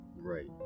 Right